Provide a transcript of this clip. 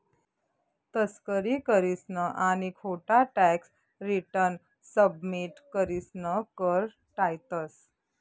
तस्करी करीसन आणि खोटा टॅक्स रिटर्न सबमिट करीसन कर टायतंस